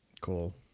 cool